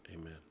amen